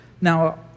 now